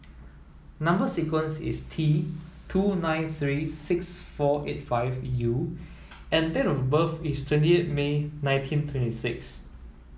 number sequence is T two nine three six four eight five U and date of birth is twenty eight May nineteen twenty six